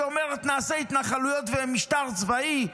שאומרת נעשה התנחלויות ומשטר צבאי?